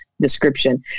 description